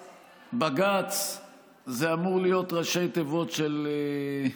בג"ץ זה אמור להיות ראשי תיבות של,